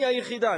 אני היחידה.